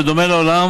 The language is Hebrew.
בדומה לעולם,